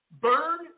Burn